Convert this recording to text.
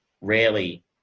rarely